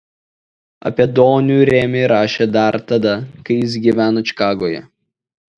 apie donių remį rašė dar tada kai jis gyveno čikagoje